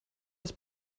das